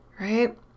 right